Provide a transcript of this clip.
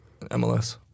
MLS